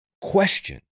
question